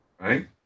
right